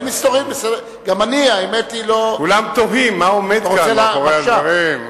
כולם תוהים מה עומד מאחורי הדברים.